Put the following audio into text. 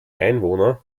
einwohner